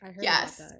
yes